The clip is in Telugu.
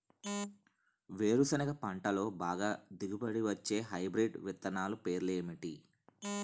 వేరుసెనగ పంటలో బాగా దిగుబడి వచ్చే హైబ్రిడ్ విత్తనాలు పేర్లు ఏంటి?